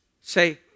Say